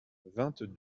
vingt